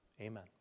Amen